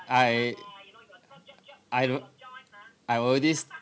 I I don't I already